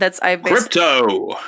Crypto